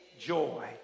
joy